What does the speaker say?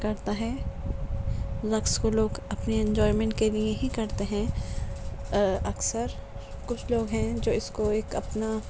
کرتا ہے رقص کو لوگ اپنے انجوائےمینٹ کے لئے ہی کرتے ہیں اکثر کچھ لوگ ہیں جو اس کو ایک اپنا